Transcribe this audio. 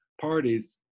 parties